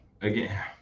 again